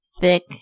thick